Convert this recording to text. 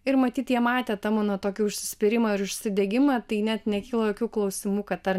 ir matyt jie matė tą mano tokį užsispyrimą ir užsidegimą tai net nekilo jokių klausimų kad ar